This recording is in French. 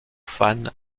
fans